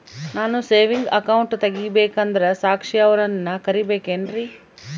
ನಾನು saving account ತೆಗಿಬೇಕಂದರ ಸಾಕ್ಷಿಯವರನ್ನು ಕರಿಬೇಕಿನ್ರಿ?